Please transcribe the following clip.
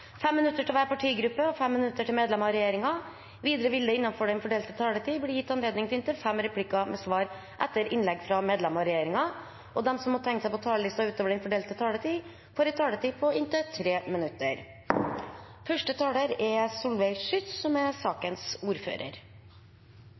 minutter til hver partigruppe og 5 minutter til medlem av regjeringen. Videre vil det – innenfor den fordelte taletid – bli gitt anledning til inntil fem replikker med svar etter innlegg fra medlem av regjeringen, og de som måtte tegne seg på talerlisten utover den fordelte taletid, får en taletid på inntil 3 minutter.